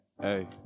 hey